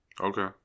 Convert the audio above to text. Okay